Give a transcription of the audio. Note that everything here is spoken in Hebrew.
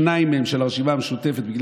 שניים מהם של הרשימה המשותפת,